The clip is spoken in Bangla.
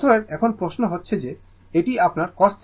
অতএব এখন প্রশ্ন হচ্ছে যে এটি আপনার cos θ এটি আপনার sin θ